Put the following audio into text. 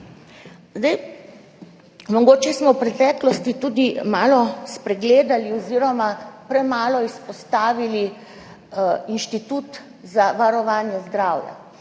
Mogoče smo v preteklosti tudi malo spregledali oziroma premalo izpostavili Inštitut za varovanje zdravja,